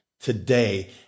today